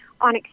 on